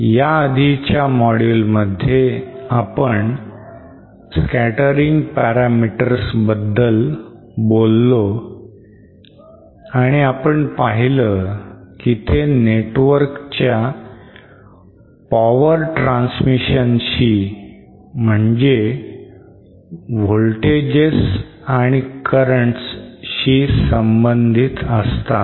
ह्याआधीच्या module मध्ये आपण scattering parameters बद्दल बोललो आणि आपण पाहिलं की ते network च्या power transmission शी म्हणजे voltages and currents शी संबंधित असतात